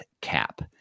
cap